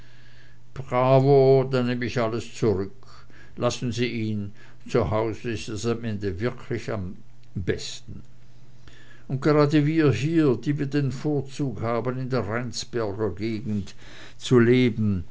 bravo da nehm ich alles zurück lassen sie ihn zu hause ist es am ende wirklich am besten und gerade wir hier die wir den vorzug haben in der rheinsberger gegend zu leben